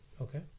Okay